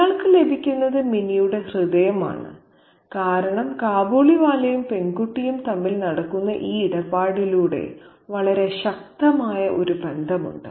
അയാൾക്ക് ലഭിക്കുന്നത് മിനിയുടെ ഹൃദയമാണ് കാരണം കാബൂളിവാലയും പെൺകുട്ടിയും തമ്മിൽ നടക്കുന്ന ഈ ഇടപാടിലൂടെ വളരെ ശക്തമായ ഒരു ബന്ധമുണ്ട്